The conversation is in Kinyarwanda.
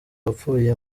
wapfuye